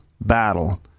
battle